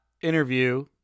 interview